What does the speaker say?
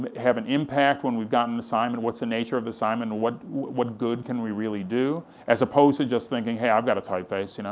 but have an impact when we've got an assignment, what's the nature of the assignment, what what good can we really do, as opposed to just thinking, hey, i've got a typeface, you know